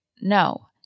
no